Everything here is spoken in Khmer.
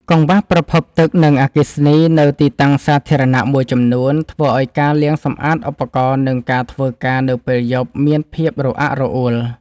កង្វះប្រភពទឹក និងអគ្គិសនីនៅទីតាំងសាធារណៈមួយចំនួន ធ្វើឱ្យការលាងសម្អាតឧបករណ៍ និងការធ្វើការនៅពេលយប់មានភាពរអាក់រអួល។